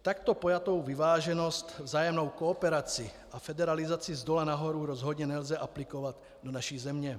Takto pojatou vyváženost, vzájemnou kooperaci a federalizaci zdola nahoru rozhodně nelze aplikovat do naší země.